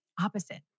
Opposite